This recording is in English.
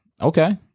Okay